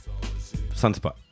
Sunspot